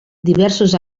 diversos